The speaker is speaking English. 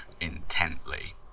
intently